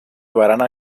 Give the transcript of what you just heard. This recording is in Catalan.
barana